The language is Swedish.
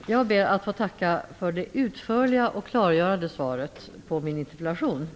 Herr talman! Jag ber att få tacka för det utförliga och klargörande svaret på min interpellation.